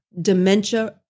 dementia